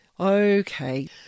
Okay